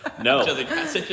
No